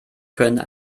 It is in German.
können